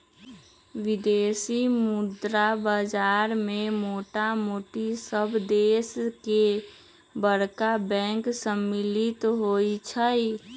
विदेशी मुद्रा बाजार में मोटामोटी सभ देश के बरका बैंक सम्मिल होइ छइ